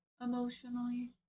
Emotionally